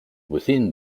within